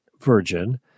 virgin